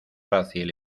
fácil